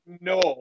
No